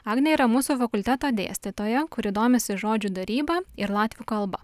agnė yra mūsų fakulteto dėstytoja kuri domisi žodžių daryba ir latvių kalba